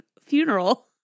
funeral